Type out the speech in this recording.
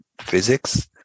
physics